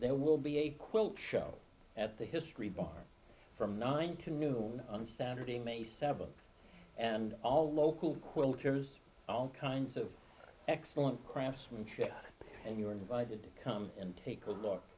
there will be a quilt show at the history bar from nine to noon on saturday may seventh and all local quilters all kinds of excellent craftsmanship and you are invited to come and take a